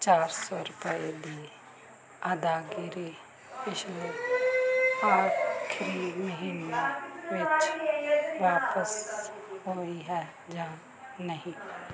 ਚਾਰ ਸੌ ਰੁਪਏ ਦੀ ਅਦਾਇਗੀ ਪਿਛਲੇ ਆਖਰੀ ਮਹੀਨੇ ਵਿੱਚ ਵਾਪਸ ਹੋਈ ਹੈ ਜਾਂ ਨਹੀਂ